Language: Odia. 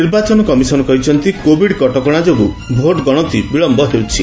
ନିର୍ବାଚନ କମିଶନ୍ କହିଛନ୍ତି କୋଭିଡ୍ କଟକଣା ଯୋଗୁଁ ଭୋଟ ଗଣତି ବିଳମ୍ଧ ହେଉଛି